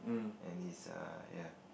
and is a ya